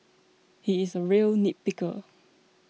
he is a real nitpicker